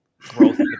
growth